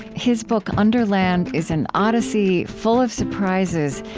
his book underland is an odyssey, full of surprises,